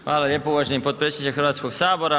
Hvala lijepo uvaženi potpredsjedniče Hrvatskog sabora.